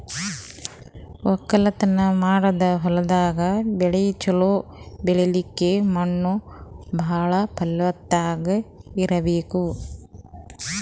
ವಕ್ಕಲತನ್ ಮಾಡದ್ ಹೊಲ್ದಾಗ ಬೆಳಿ ಛಲೋ ಬೆಳಿಲಕ್ಕ್ ಮಣ್ಣ್ ಭಾಳ್ ಫಲವತ್ತಾಗ್ ಇರ್ಬೆಕ್